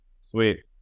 Sweet